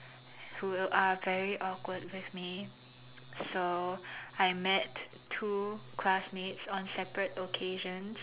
who are very awkward with me so I met two classmates on separate occasions